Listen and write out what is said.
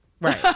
Right